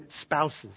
spouses